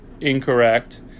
incorrect